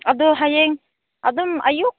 ꯑꯗꯨ ꯍꯌꯦꯡ ꯑꯗꯨꯝ ꯑꯌꯨꯛ